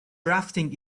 rafting